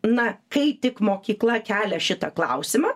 na kai tik mokykla kelia šitą klausimą